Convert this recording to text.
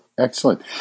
Excellent